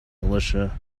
militia